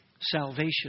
Salvation